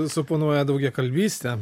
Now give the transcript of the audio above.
suponuoja daugiakalbystę